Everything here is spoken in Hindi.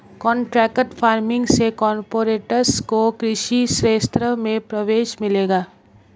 कॉन्ट्रैक्ट फार्मिंग से कॉरपोरेट्स को कृषि क्षेत्र में प्रवेश मिलेगा